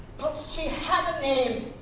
but she had a name.